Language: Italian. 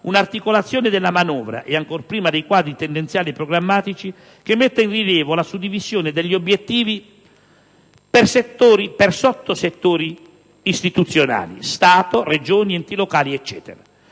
un'articolazione della manovra (e ancor prima dei quadri tendenziali e programmatici) che metta in rilievo la suddivisione degli obiettivi per sottosettori istituzionali (Stato, Regioni, enti locali, eccetera).